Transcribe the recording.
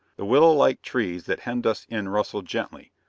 the willow-like trees that hemmed us in rustled gently,